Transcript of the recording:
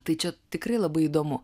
tai čia tikrai labai įdomu